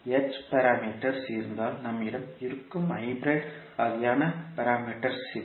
h parameters இருந்தால் நம்மிடம் இருக்கும் ஹைபிரிட் வகையான பாராமீட்டர்ஸ் இவை